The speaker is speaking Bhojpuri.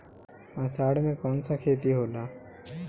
अषाढ़ मे कौन सा खेती होला?